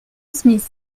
smith